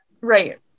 right